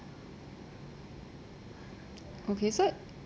okay so